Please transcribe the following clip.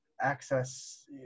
access